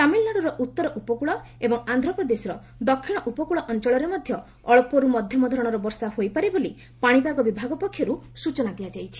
ତାମିଲନାଡୁର ଉତ୍ତର ଉପକୂଳ ଏବଂ ଆନ୍ଧ୍ରପ୍ରଦେଶର ଦକ୍ଷିଣ ଉପକୂଳ ଅଞ୍ଚଳରେ ମଧ୍ୟ ଅଞ୍ଚରୁ ମଧ୍ୟମ ଧରଣର ବର୍ଷା ହୋଇପାରେ ବୋଲି ପାଣିପାଗ ବିଭାଗ ପକ୍ଷରୁ ସ୍କଚନା ଦିଆଯାଇଛି